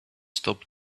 stop